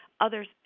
Others